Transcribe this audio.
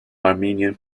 armenian